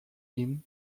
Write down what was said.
him